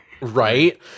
right